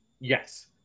yes